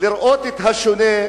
לראות את השונה,